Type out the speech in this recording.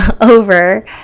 Over